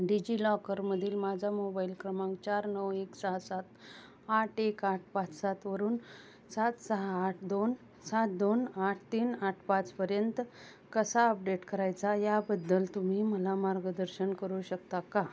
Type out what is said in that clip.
डिजिलॉकरमधील माझा मोबाईल क्रमांक चार नऊ एक सहा सात आठ एक आठ पाच सातवरून सात सहा आठ दोन सात दोन आठ तीन आठ पाचपर्यंत कसा अपडेट करायचा याबद्दल तुम्ही मला मार्गदर्शन करू शकता का